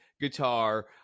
guitar